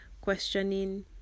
questioning